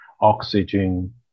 oxygen